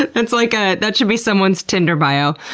and and like ah that should be someone's tinder bio.